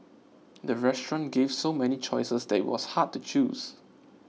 the restaurant gave so many choices that was hard to choose